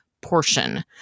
portion